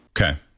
okay